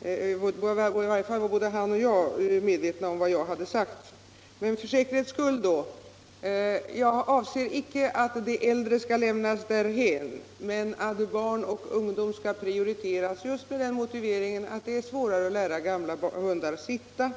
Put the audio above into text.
I varje fall var både han och jag medvetna om vad jag hade sagt. Men för säkerhets skull: Jag avser inte att de äldre skall lämnas därhän, bara att barn och ungdom skall prioriteras just med den motiveringen att det är svårare att lära gamla hundar sitta.